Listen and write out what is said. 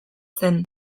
zen